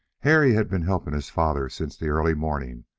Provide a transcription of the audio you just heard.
harry had been helping his father since the early morning,